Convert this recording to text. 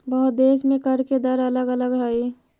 बहुते देश में कर के दर अलग अलग हई